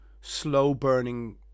slow-burning